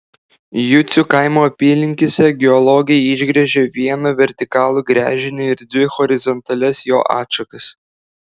jucių kaimo apylinkėse geologai išgręžė vieną vertikalų gręžinį ir dvi horizontalias jo atšakas